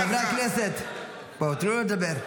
למה --- חברי הכנסת, תנו לו לדבר.